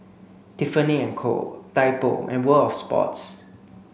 Tiffany and Co Typo and World Of Sports